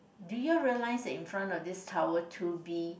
did you realise that in front of this tower two B